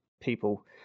people